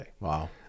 Wow